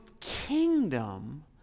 kingdom